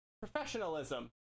professionalism